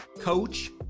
coach